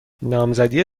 نامزدی